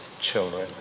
children